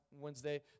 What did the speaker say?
Wednesday